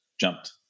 jumped